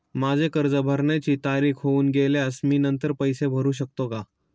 माझे कर्ज भरण्याची तारीख होऊन गेल्यास मी नंतर पैसे भरू शकतो का?